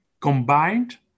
combined